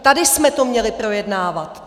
Tady jsme to měli projednávat.